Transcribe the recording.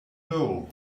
doe